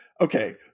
okay